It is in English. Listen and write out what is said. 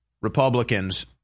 Republicans